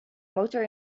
motor